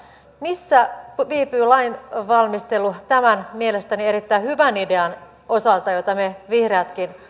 missä viipyy lainvalmistelu tämän mielestäni erittäin hyvän idean osalta jota me vihreätkin